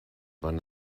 van